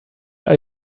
are